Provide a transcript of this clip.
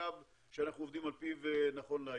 בקו שאנחנו עובדים על פיו נכון להיום.